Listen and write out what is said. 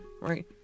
right